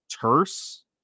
terse